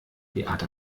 beate